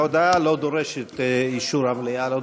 ההודעה לא דורשת אישור המליאה,